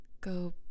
go